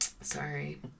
Sorry